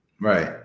Right